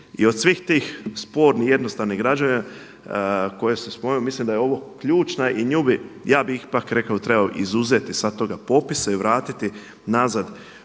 I od svih tih spornih jednostavnih građevina koje se spominju mislim da je ovo ključna i nju bi, ja bih ipak rekao da treba izuzeti sa toga popisa i vratiti nazad